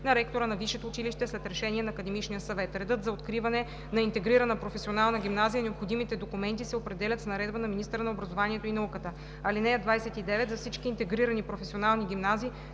на ректора на висшето училище след решение на академичния съвет. Редът за откриване на интегрирана професионална гимназия и необходимите документи се определят с наредба на министъра на образованието и науката. (29) За всички интегрирани професионални гимназии